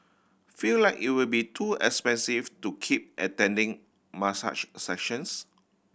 feel like it will be too expensive to keep attending massage sessions